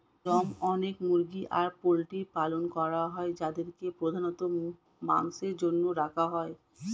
এরম অনেক মুরগি আর পোল্ট্রির পালন করা হয় যাদেরকে প্রধানত মাংসের জন্য রাখা হয়